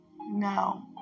No